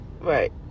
Right